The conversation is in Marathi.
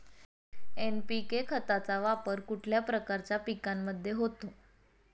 एन.पी.के खताचा वापर कुठल्या प्रकारच्या पिकांमध्ये होतो?